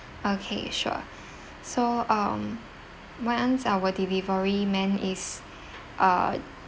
okay sure so um once our delivery man is uh